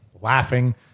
laughing